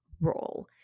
role